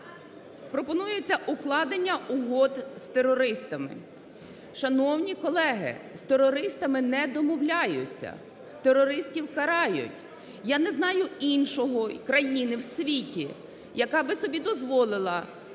пропонується укладення угод з терористами. Шановні колеги, з терористами не домовляються, терористів карають. Я не знаю іншої країни в світі, яка би собі дозволила в